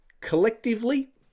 collectively